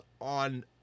on